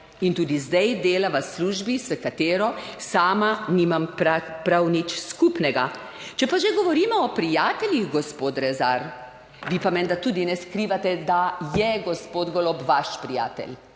in tudi zdaj dela v službi, s katero sama nimam prav nič skupnega. Če pa že govorimo o prijateljih, gospod Rezar, vi pa menda tudi ne skrivate, da je gospod Golob vaš prijatelj.